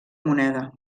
moneda